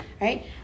Right